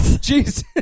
Jesus